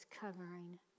covering